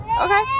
okay